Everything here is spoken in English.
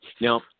Now